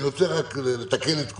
אני רוצה רק לתקן את כבודו,